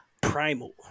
Primal